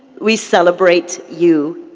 we celebrate you.